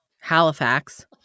Halifax